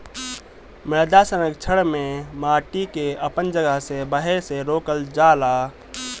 मृदा संरक्षण में माटी के अपन जगह से बहे से रोकल जाला